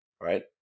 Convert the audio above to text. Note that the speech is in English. right